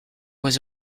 was